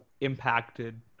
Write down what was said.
impacted